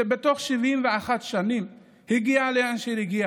שבתוך 71 שנים הגיע לאן שהגיע